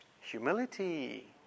Humility